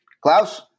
Klaus